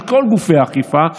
של כל גופי האכיפה,